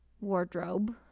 wardrobe